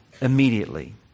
immediately